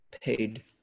paid